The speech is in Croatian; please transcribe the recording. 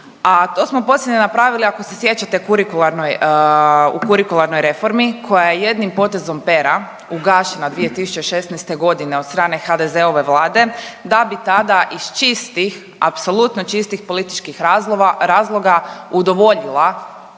a to smo posljednje napravili ako se sjećate u kurikularnoj reformi koja je jednim potezom pera ugašena 2016. godine od strane HDZ-ove Vlade, da bi tada iz čistih, apsolutno čistih političkih razloga udovoljila